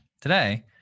today